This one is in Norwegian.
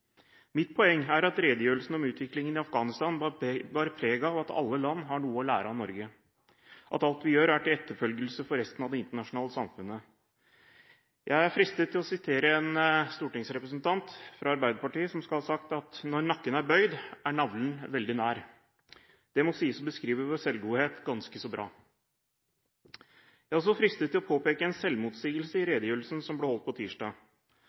Mitt poeng er at redegjørelsen om utviklingen i Afghanistan bar preg av at alle land har noe å lære av Norge, og at alt vi gjør, er eksempler til etterfølgelse for resten av det internasjonale samfunnet. Jeg er fristet til å sitere en stortingsrepresentant fra Arbeiderpartiet, som skal ha sagt: Når nakken er bøyd, er navlen veldig nær. Det må sies å beskrive vår selvgodhet ganske bra. Jeg er også fristet til å påpeke en selvmotsigelse i redegjørelsen som ble holdt på tirsdag.